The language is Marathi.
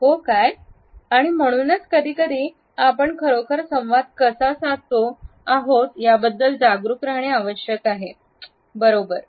हो काय आणि म्हणूनच कधी कधी आपण खरोखर संवाद कसा साधता आहोत याबद्दल जागरूक राहणे आवश्यक आहे बरोबर